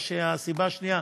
הסיבה השנייה,